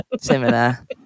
similar